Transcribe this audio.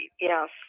Yes